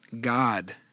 God